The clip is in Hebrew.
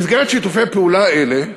במסגרת שיתופי הפעולה האלה,